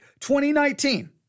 2019